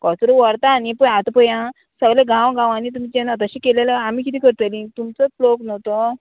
कोचरो व्हरता न्ही पळय आतां पळय आं सगलें गांव गांवांनी तुमच्यांनी अतशें केलेलें आमी किदें करतलीं तुमचोच लोक न्हू तो